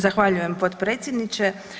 Zahvaljujem potpredsjedniče.